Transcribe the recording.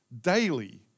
daily